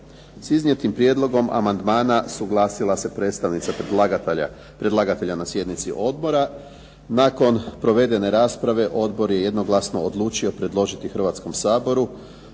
S iznijetim prijedlogom amandmana suglasila se predstavnica predlagatelja na sjednici odbora. Nakon provedene rasprave odbor je jednoglasno odlučio predložiti Hrvatskom saboru